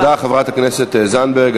תודה, חברת הכנסת זנדברג.